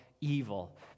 evil